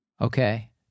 Okay